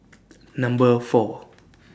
Number four